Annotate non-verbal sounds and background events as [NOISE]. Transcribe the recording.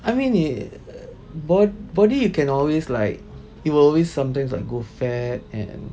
I mean it [NOISE] bod~ body you can always like it will always sometimes I go fat and